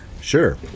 sure